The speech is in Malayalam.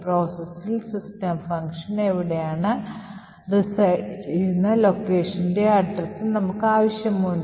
processൽ സിസ്റ്റം function എവിടെയാണ് റിസൈഡ് ചെയ്യുന്ന locationന്റെ അഡ്രസ്സ് നമുക്ക് ആവശ്യമുണ്ട്